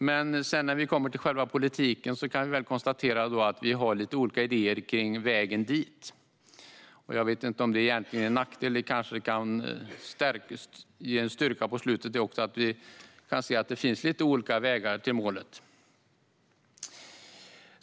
Men när vi sedan kommer till själva politiken kan vi konstatera att vi har lite olika idéer kring vägen dit. Jag vet inte om detta egentligen är en nackdel. Det kanske i slutändan kan ge en styrka att vi kan se lite olika vägar till målet.